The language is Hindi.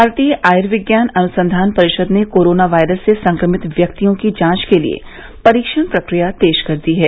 भारतीय आयर्विज्ञान अन्संधान परिषद ने कोरोना वायरस से संक्रमित व्यक्तियों की जांच के लिए परीक्षण प्रक्रिया तेज कर दी है